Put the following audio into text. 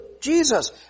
Jesus